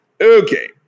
Okay